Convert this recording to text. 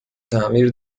تعمیر